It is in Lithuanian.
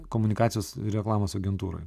komunikacijos reklamos agentūroj